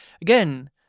again